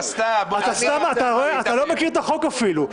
אתה סתם, אתה רואה, אתה לא מכיר את החוק אפילו.